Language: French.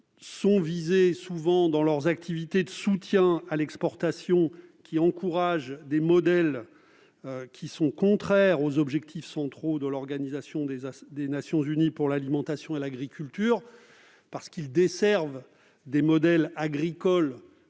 souvent visées dans leurs activités de soutien à l'exportation, qui encouragent des modèles contraires aux objectifs centraux de l'Organisation des Nations unies pour l'alimentation et l'agriculture (FAO), parce qu'elles desservent des modèles agricoles